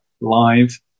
live